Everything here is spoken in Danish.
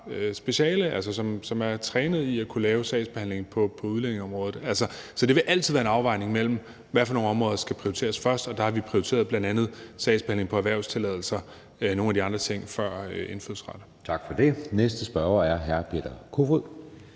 speciale, altså som er trænede i at kunne lave sagsbehandling på udlændingeområdet. Så det vil altid være en afvejning af, hvilke områder der skal prioriteres først, og der har vi bl.a. prioriteret sagsbehandling af erhvervstilladelser og nogle af de andre ting før indfødsret. Kl. 12:37 Anden næstformand (Jeppe Søe):